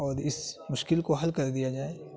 اور اس مشکل کو حل کر دیا جائے